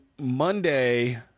Monday